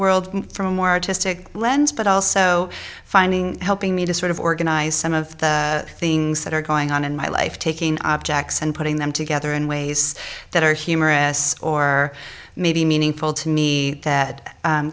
artistic lens but also finding helping me to sort of organize some of the things that are going on in my life taking objects and putting them together in ways that are humorous or maybe meaningful to me that